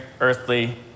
earthly